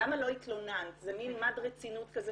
למה לא התלוננת זה מן מד רצינות שהוא